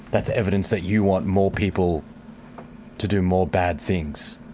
that's evidence that you want more people to do more bad things.